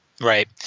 Right